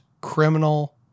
criminal